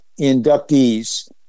inductees